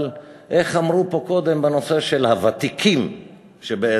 אבל איך אמרו פה קודם בנושא של הוותיקים שבאזרחינו?